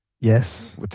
Yes